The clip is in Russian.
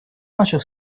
наших